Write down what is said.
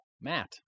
Matt